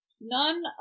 None